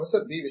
professor B